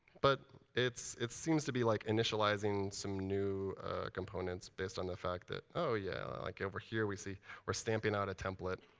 but it seems to be like initializing some new components based on the fact that, oh yeah, like over here, we see we're stamping out a template.